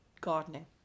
gardening